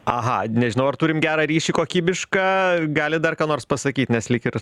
aha nežinau ar turim gerą ryšį kokybišką galit dar ką nors pasakyt nes lyg ir